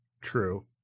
true